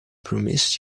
promised